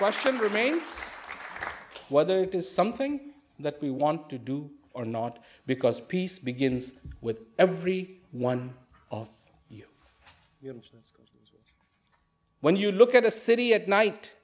question remains whether it is something that we want to do or not because peace begins with every one of you when you look at a city at night